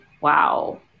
Wow